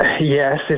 yes